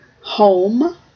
Home